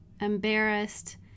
embarrassed